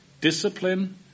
discipline